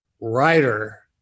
writer